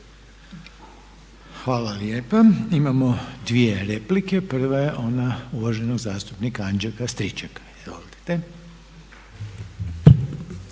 Hvala lijepa. Imamo dvije replike. Prva je ona uvaženog zastupnika Anđelka Stričaka.